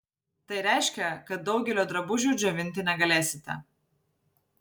tai reiškia kad daugelio drabužių džiovinti negalėsite